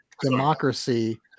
democracy